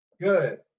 Good